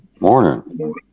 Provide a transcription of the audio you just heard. Morning